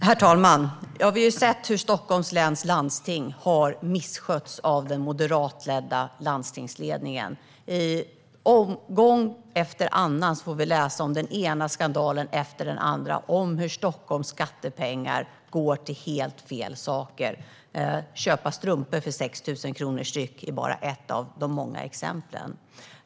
Herr talman! Vi har ju sett hur Stockholms läns landsting har misskötts av den moderatledda landstingsledningen. Gång efter annan får vi läsa om den ena skandalen efter den andra, om hur Stockholms skattepengar går till helt fel saker. Att köpa in strumpor för 6 000 kronor paret är bara ett av de många exemplen.